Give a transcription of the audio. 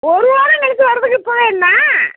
ஒரு வாரம் கழிச்சி வரதுக்கு இப்போவே என்ன